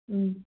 ꯎꯝ